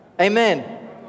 Amen